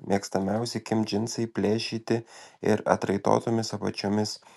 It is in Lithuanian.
mėgstamiausi kim džinsai plėšyti ir atraitotomis apačiomis